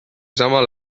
samal